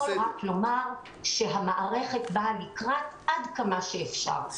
רק לומר שהמערכת באה לקראת עד כמה שאפשר.